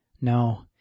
No